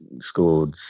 scored